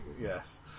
Yes